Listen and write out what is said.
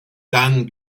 dan